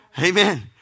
Amen